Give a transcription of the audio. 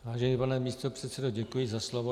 Vážený pane místopředsedo, děkuji za slovo.